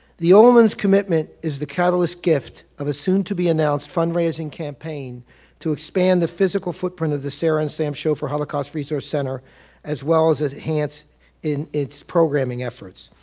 the ullman's commitment is the catalyst gift of a soon to be announced fundraising campaign to expand the physical footprint of the sara and sam schoffer holocaust resource center as well as as enhance its programming efforts.